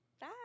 bye